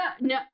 no